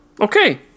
Okay